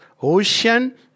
ocean